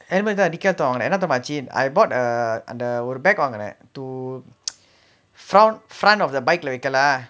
helmet தா அன்னிக்கு என்ன தெரியுமா ஆச்சி:thaa annikki enna teriyumaa aachi I bought a அந்த ஒரு:antha oru bag வாங்கின:vaangina to front front of the bike leh வைக்கல:vaikkala